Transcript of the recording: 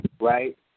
right